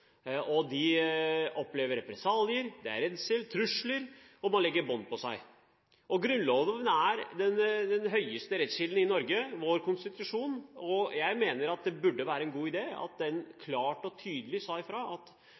press. De opplever represalier, det er redsel og trusler, og de må legge bånd på seg. Grunnloven er den høyeste rettskilden i Norge, vår konstitusjon, og jeg mener at det burde være en god idé at den klart og tydelig sa ifra at